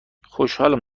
خوشحالم